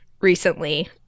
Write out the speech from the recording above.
recently